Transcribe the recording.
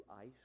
ice